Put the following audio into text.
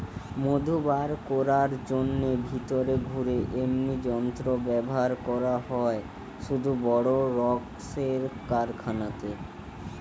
মধু বার কোরার জন্যে ভিতরে ঘুরে এমনি যন্ত্র ব্যাভার করা হয় শুধু বড় রক্মের কারখানাতে